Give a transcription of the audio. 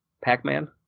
Pac-Man